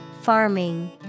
Farming